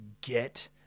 get